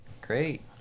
Great